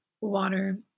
water